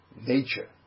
nature